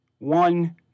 One